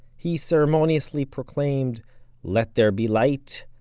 he ceremoniously proclaimed let there be light,